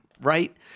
Right